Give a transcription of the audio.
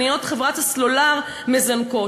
אז למה מניות חברת הסלולר מזנקות?